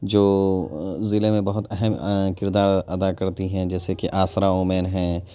جو ضلعے میں بہت اہم کردار ادا کرتی ہیں جیسے کہ آسرا اومین ہے